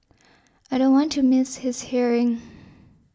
I don't want to miss his hearing